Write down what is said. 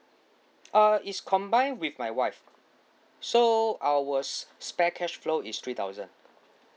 uh is combined with my wife so our spare cash flow is three thousand